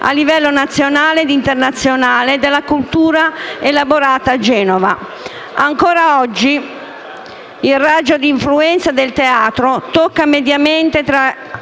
a livello nazionale e internazionale, della cultura elaborata a Genova. Ancora oggi, il raggio di influenza del teatro tocca mediamente tra